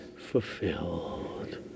fulfilled